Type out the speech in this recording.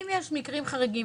אם יש מקרים חריגים,